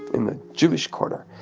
in the jewish quarter,